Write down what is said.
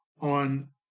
On